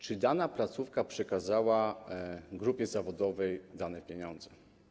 Czy dana placówka przekazała grupie zawodowej dane pieniądze?